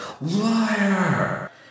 LIAR